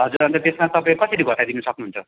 हजुर अन्त त्यसमा तपाईँ कसरी घटाइदिनु सक्नुहुन्छ